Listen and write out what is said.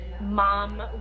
mom